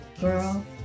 Girl